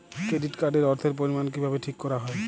Credit card এর অর্থের পরিমান কিভাবে ঠিক করা হয়?